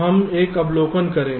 अब हम एक अवलोकन करें